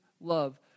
love